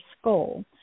skull